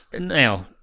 Now